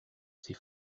ses